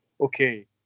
okay